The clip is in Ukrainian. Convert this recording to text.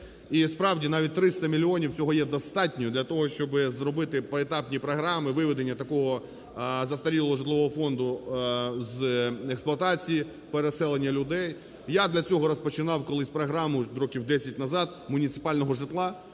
І, справді, навіть 300 мільйонів, цього є достатньо для того, щоби зробити поетапні програми виведення такого застарілого житлового фонду з експлуатації, переселення людей. Я для цього розпочинав колись програму років 10 назад муніципального житла,